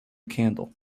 candle